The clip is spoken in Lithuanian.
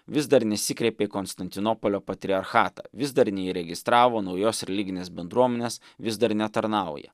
vis dar nesikreipė į konstantinopolio patriarchatą vis dar neįregistravo naujos religinės bendruomenės vis dar netarnauja